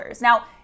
Now